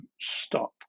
stop